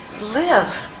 live